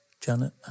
Janet